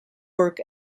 work